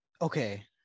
Okay